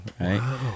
right